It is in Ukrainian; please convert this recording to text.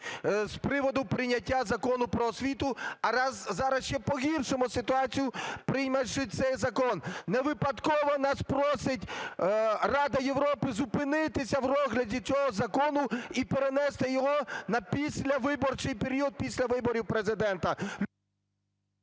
З приводу прийняття Закону "Про освіту", а зараз ще погіршимо ситуацію, прийнявши цей закон. Не випадково нас просить Рада Європи зупинитися в розгляді цього закону і перенести його на післявиборчий період, після виборів Президента.